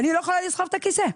אני לא יכולה לסחוב את הכיסא.